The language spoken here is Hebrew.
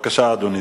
התש"ע 2010,